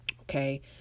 Okay